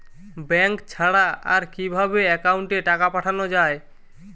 Bank ছাড়া আর কিভাবে একাউন্টে টাকা পাঠানো য়ায়?